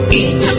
eat